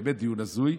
באמת דיון הזוי,